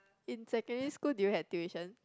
in secondary school did you had tuition